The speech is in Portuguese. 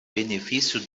benefício